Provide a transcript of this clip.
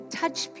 touch